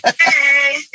Hey